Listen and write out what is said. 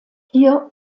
hier